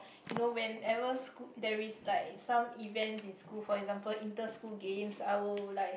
you know whenever sch~ there is like some events in school for example inter school games I will like